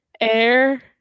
air